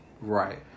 Right